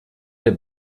der